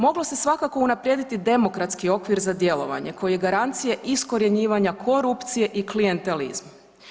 Moglo se svakako unaprijediti demokratski okvir za djelovanje kojoj je garancija iskorjenjivanja korupcije i klijentelizma.